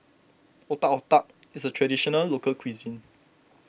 Otak Otak is a Traditional Local Cuisine